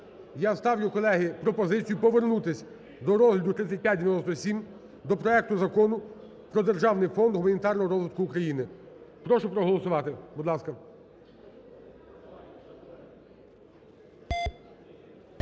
Я ставлю, колеги, пропозицію повернутись до розгляду 3597 до проекту Закону про державний фонд гуманітарного розвитку України. Прошу проголосувати, будь ласка.